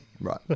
Right